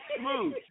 Smooth